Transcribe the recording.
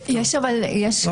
כן יש הבחנה,